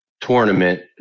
tournament